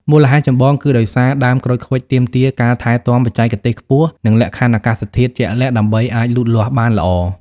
មូលហេតុចម្បងគឺដោយសារដើមក្រូចឃ្វិចទាមទារការថែទាំបច្ចេកទេសខ្ពស់ និងលក្ខខណ្ឌអាកាសធាតុជាក់លាក់ដើម្បីអាចលូតលាស់បានល្អ។